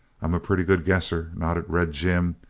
i'm a pretty good guesser, nodded red jim.